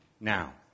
now